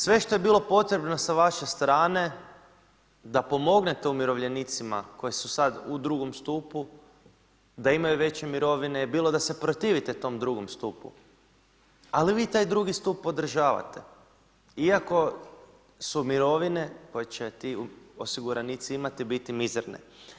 Sve što je bilo potrebno sa vaše strane da pomognete umirovljenicima koji su sada u drugom stupu, da imaju veće mirovine, bilo da se protivite tom drugom stupu ali vi taj drugi stup podržavate iako su mirovine koje će ti osiguranici imati biti mizerne.